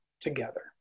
together